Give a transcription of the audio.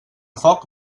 foc